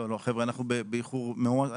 לא, לא, חבר'ה אנחנו באיחור מאוד.